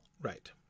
right